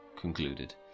concluded